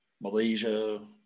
Malaysia